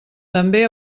també